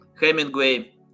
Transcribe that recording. Hemingway